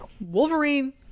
wolverine